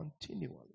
continually